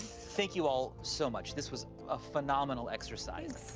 thank you all so much. this was a phenomenal exercise.